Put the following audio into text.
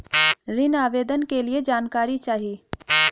ऋण आवेदन के लिए जानकारी चाही?